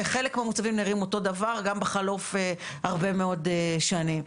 וחלק מהמוצבים נראים אותו דבר גם בחלוף הרבה מאוד שנים.